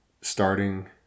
starting